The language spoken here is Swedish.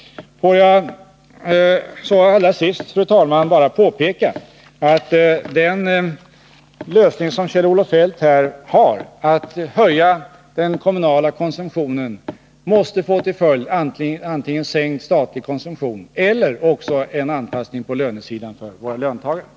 Får jag så allra sist, fru talman, bara påpeka att den lösning som Kjell-Olof Feldt anvisar, att höja den kommunala konsumtionen, måste få till följd antingen sänkt statlig konsumtion eller också en ytterligare reallönesänkning för löntagarna.